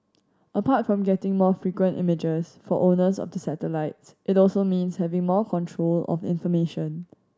apart from getting more frequent images for owners of the satellites it also means having more control of information